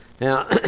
Now